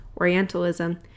Orientalism